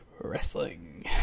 Wrestling